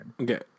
okay